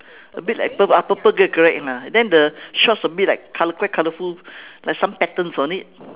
a bit like pur~ ah purple grey correct nah then the shorts a bit like colour quite colourful like some patterns on it